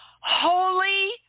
Holy